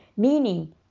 meaning